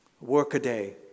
workaday